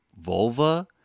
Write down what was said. vulva